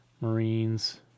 Marines